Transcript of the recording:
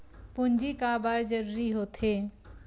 पूंजी का बार जरूरी हो थे?